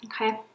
Okay